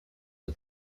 the